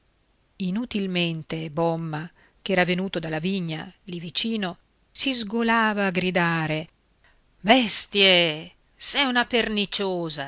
inutilmente bomma che era venuto dalla vigna lì vicino si sgolava a gridare bestie s'è una perniciosa